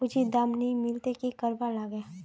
उचित दाम नि मिलले की करवार लगे?